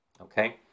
okay